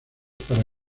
para